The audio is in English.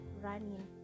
running